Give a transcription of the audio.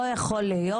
לא יכול להיות,